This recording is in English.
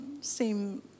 seem